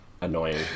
annoying